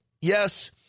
Yes